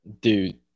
Dude